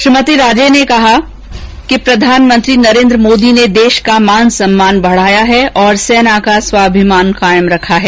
श्रीमती राजे ने कहा कि प्रधानमंत्री नरेन्द्र मोदी ने देश का मान सम्मान बढाया है सेना का स्वाभिमान कायम रखा है